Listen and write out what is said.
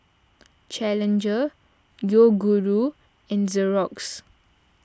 Challenger Yoguru and Xorex